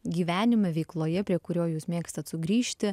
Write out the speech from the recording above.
gyvenime veikloje prie kurio jūs mėgstat sugrįžti